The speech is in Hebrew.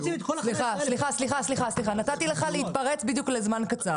סליחה, סליחה, נתתי לך להתפרץ בדיוק לזמן קצר.